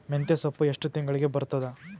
ಮೆಂತ್ಯ ಸೊಪ್ಪು ಎಷ್ಟು ತಿಂಗಳಿಗೆ ಬರುತ್ತದ?